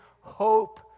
hope